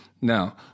Now